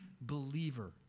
believer